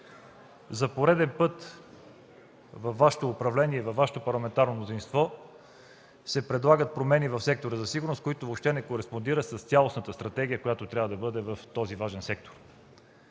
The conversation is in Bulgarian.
За пореден път във Вашето управление и във Вашето парламентарно мнозинство се предлагат промени в сектора за сигурност, които въобще не кореспондират с цялостната стратегия, която трябва да бъде в този важен сектор.